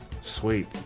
Sweet